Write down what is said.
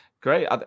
Great